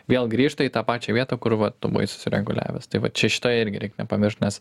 vėl grįžta į tą pačią vietą kur va tu buvai susireguliavęs tai vat čia šito irgi reik nepamiršt nes